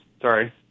sorry